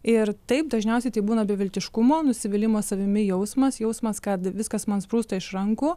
ir taip dažniausiai tai būna beviltiškumo nusivylimo savimi jausmas jausmas kad viskas man sprūsta iš rankų